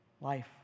Life